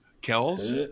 Kells